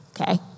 Okay